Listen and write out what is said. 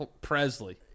Presley